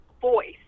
voice